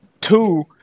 Two